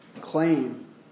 claim